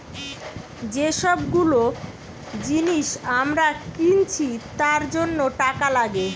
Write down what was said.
যে সব গুলো জিনিস আমরা কিনছি তার জন্য টাকা লাগে